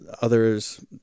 others